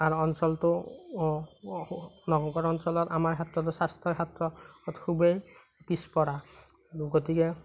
আমাৰ অঞ্চলটো নগৰ অঞ্চলত আমাৰ স্বাস্থ্যক্ষেত্ৰত খুবেই পিছ পৰা গতিকে